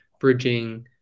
bridging